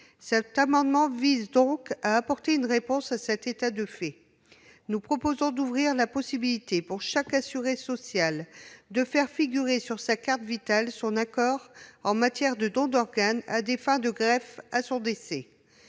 Cet amendement vise à remédier à cet état de fait. Nous proposons d'ouvrir la possibilité, pour chaque assuré social, de faire figurer sur sa carte Vitale son accord au prélèvement d'organes à des fins de greffe en cas de décès.